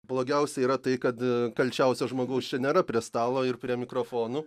blogiausia yra tai kad kalčiausio žmogaus čia nėra prie stalo ir prie mikrofonų